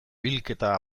bilketa